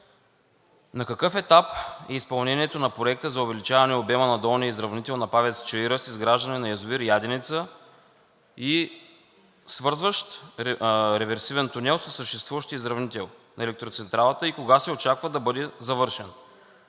На какъв етап е изпълнението на Проекта за увеличаване обема на долния изравнител на ПАВЕЦ „Чаира“ с изграждане на язовир „Яденица“ и свързващ реверсивен тунел със съществуващия изравнител на електроцентралата и кога се очаква да бъде завършен?